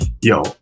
yo